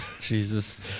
Jesus